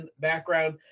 background